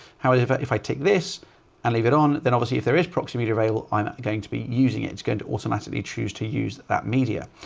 however, if i take this and leave it on, then obviously if there is proximity available, i'm going to be using it's going to automatically choose to use that media.